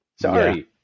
Sorry